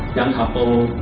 young couple,